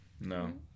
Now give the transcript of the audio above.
No